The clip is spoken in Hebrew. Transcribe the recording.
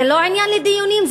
זה לא עניין לדיונים?